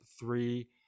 three